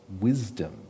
wisdom